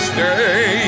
Stay